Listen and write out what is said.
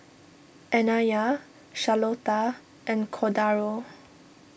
Anaya Charlotta and Cordaro